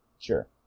Sure